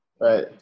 Right